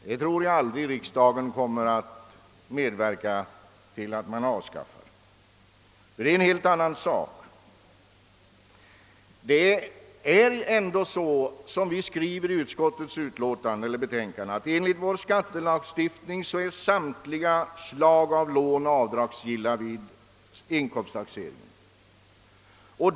Jag tror inte att riksdagen kommer att medverka till att avskaffa detta, ty det är en helt annan sak. Vi skriver i utskottsbetänkandet, att enligt vår skattelagstiftning är samtliga slag av låneräntor avdragsgilla vid inkomsttaxering.